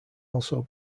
also